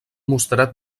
mostrat